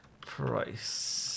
price